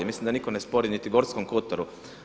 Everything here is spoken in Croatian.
Mislim da nitko ne spori niti u Gorskom Kotaru.